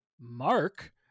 Mark